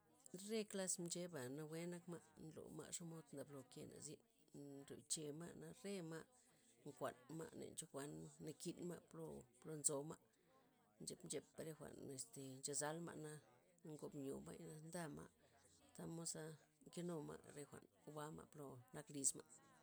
Re klas mcheba' nawe' nak ma', nloma' xomod ndablo kena' zyn nn- nryochema' na re ma' nkuan ma' nenchokuan nakin ma' plo plo nzoma', nchep nchepa' re jwa'n este nchazal ma' na ngobnyo may na ndama', tamod za nkenu ma' re jwa'n jwa' ma' plo nak liz ma'.